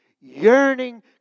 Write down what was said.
yearning